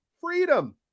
freedom